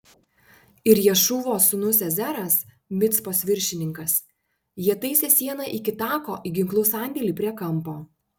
ir ješūvos sūnus ezeras micpos viršininkas jie taisė sieną iki tako į ginklų sandėlį prie kampo